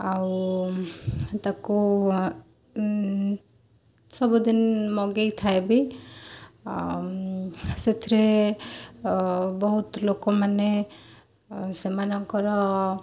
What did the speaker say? ଆଉ ତାକୁ ସବୁଦିନ ମଗାଇ ଥାଏ ବି ଆଉ ସେଥିରେ ବହୁତ ଲୋକମାନେ ସେମାନଙ୍କର